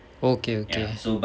okay okay